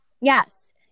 Yes